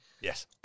Yes